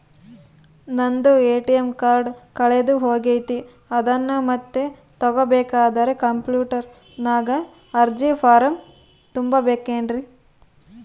ನಂದು ATM card ಕಳೆದು ಹೋಗೈತ್ರಿ ಅದನ್ನು ಮತ್ತೆ ತಗೋಬೇಕಾದರೆ ಕಂಪ್ಯೂಟರ್ ನಾಗ ಅರ್ಜಿ ಫಾರಂ ತುಂಬಬೇಕನ್ರಿ?